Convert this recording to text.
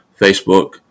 Facebook